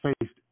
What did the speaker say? faced